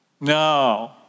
No